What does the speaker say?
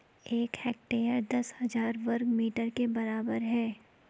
एक हेक्टेयर दस हजार वर्ग मीटर के बराबर है